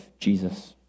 Jesus